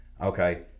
Okay